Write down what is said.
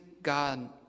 God